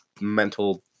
mental